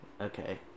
okay